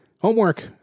Homework